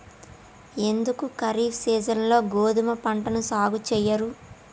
ఎందుకు ఖరీఫ్ సీజన్లో గోధుమ పంటను సాగు చెయ్యరు?